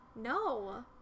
No